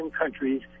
countries